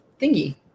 thingy